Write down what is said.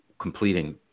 completing